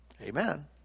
Amen